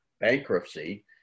bankruptcy